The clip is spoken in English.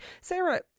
Sarah